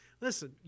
listen